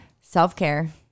self-care